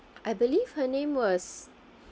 I believe her name was